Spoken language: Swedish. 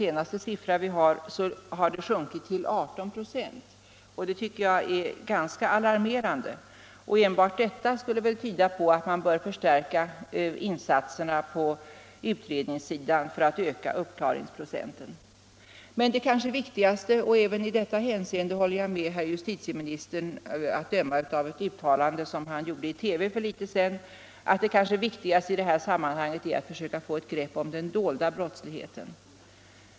Det tycker jag är ganska alarmerande. Enbart detta tycker jag skulle tyda på att man borde förstärka insatserna på utredningssidan för att öka uppklaringsprocenten. Men det kanske viktigaste i detta sammanhang är — och i det hänseendet har jag att döma av ett TV-uttalande för någon tid sedan samma uppfattning som justitieministern — att försöka få ett grepp om den dolda brottsligheten.